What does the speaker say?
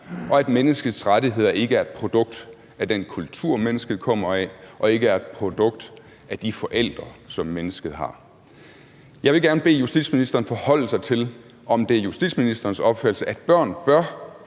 og at menneskets rettigheder ikke er et produkt af den kultur, mennesket kommer af, og ikke er et produkt af de forældre, som mennesket har. Jeg vil gerne bede justitsministeren forholde sig til, om det er justitsministerens opfattelse, at børn bør